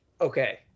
Okay